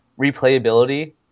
replayability